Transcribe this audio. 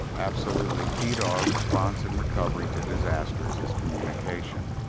absolutely key to our response and recovery to disasters is communication.